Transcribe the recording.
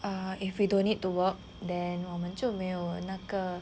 err if we don't need to work then 我们就没有那个